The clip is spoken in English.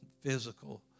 physical